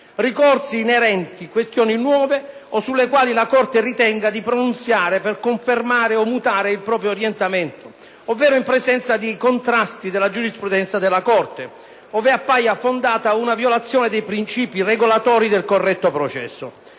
ricorsi inerenti questioni nuove o sulle quali la Corte ritenga di pronunziarsi per confermare o mutare il proprio orientamento ovvero in presenza di contrasti nella giurisprudenza della Corte; ove appaia fondata una violazione dei principi regolatori del corretto processo;